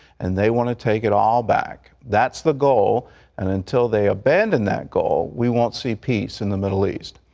and they want to take it all back. that's the goal and until they abandon that goal, we won't see peace in the middle east.